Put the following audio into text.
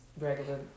regular